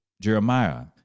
Jeremiah